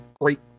great